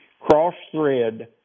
cross-thread